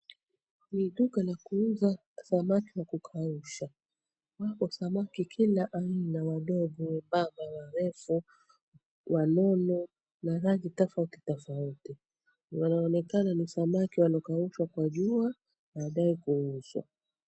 Ni duka la kuuza samaki wa kukausha. Wapo samaki aina kila aina wadogo, wembamba, warefu, wanono na rangi tofauti tofauti. Wanaonekana ni samaki waliokaushwa kwa jua na wadai kuuzwa.